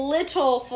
Little